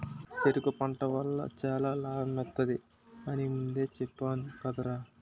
చెరకు పంట వల్ల చాలా లాభమొత్తది అని ముందే చెప్పేను కదరా?